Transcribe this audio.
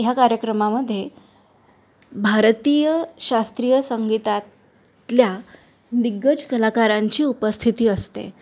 ह्या कार्यक्रमामध्ये भारतीय शास्त्रीय संगीतातल्या दिग्गज कलाकारांची उपस्थिती असते